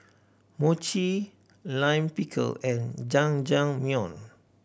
Mochi Lime Pickle and Jajangmyeon